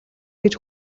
гэж